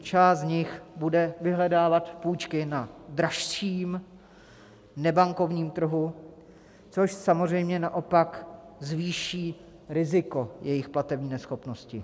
Část z nich bude vyhledávat půjčky na dražším nebankovním trhu, což samozřejmě naopak zvýší riziko jejich platební neschopnosti.